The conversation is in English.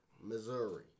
Missouri